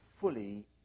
fully